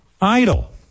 Idle